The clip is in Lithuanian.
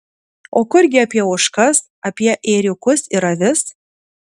o kurgi apie ožkas apie ėriukus ir avis